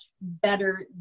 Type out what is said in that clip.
better